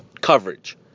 coverage